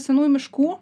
senųjų miškų